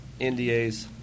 NDAs